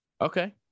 Okay